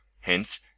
hence